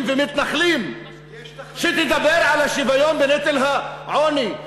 ומתנחלים שתדבר על השוויון בנטל העוני,